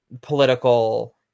political